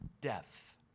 death